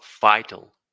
vital